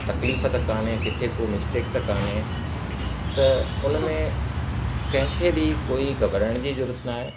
तक्लीफ़ त कोन्हे किथे को मिस्टेक त कोन्हे त उन में कंहिं खे बि कोई घबराइण जी ज़रूरत नाहे